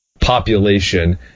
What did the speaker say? population